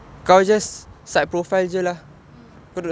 tak tunjuk mm